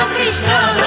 Krishna